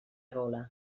gola